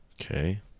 Okay